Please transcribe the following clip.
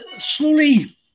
slowly